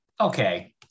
Okay